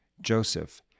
Joseph